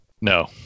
No